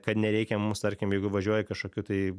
kad nereikia mums tarkim jeigu važiuoji kažkokiu tai